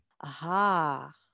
Aha